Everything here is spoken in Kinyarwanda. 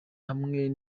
hamwe